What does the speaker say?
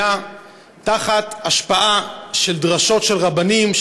הייתה תחת השפעה של דרשות של רבנים,